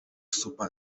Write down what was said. super